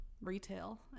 retail